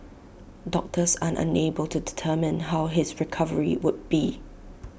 doctors are unable to determine how his recovery would be